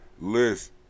list